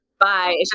Bye